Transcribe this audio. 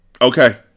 Okay